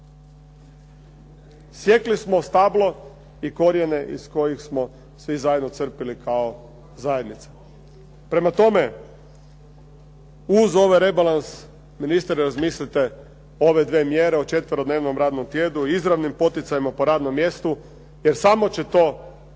Sjekli smo stablo i korijene iz kojih smo svi zajedno crpili kao zajednica. Prema tome, uz ovaj rebalans, ministre razmislite o ove dvije mjere, o četverodnevnom radnom tjednu, o izravnim poticajima po radnom mjestu jer samo će to, samo